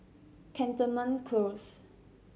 Cantonment Close